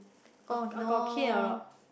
oh no